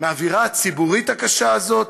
מהאווירה הציבורית הקשה הזאת?